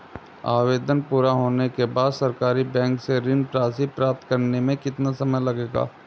आवेदन पूरा होने के बाद सरकारी बैंक से ऋण राशि प्राप्त करने में कितना समय लगेगा?